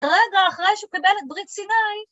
רגע אחרי שהוא קיבל את ברית סיני!